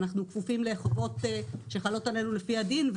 אנחנו כפופים לחובות שחלות עלינו לפי הדין.